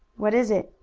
what is it?